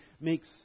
makes